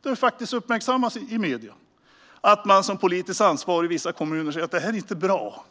Det har uppmärksammats i medierna att de politiskt ansvariga i vissa kommuner säger att detta inte är bra och att